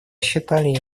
считали